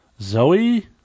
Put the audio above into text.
Zoe